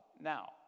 now